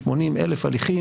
80,000 הליכים